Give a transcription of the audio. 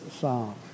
psalm